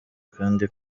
kandi